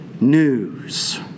news